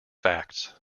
facts